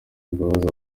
imbabazi